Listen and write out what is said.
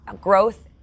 growth